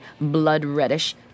blood-reddish